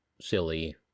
silly